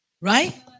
Right